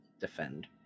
defend